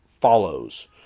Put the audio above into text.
follows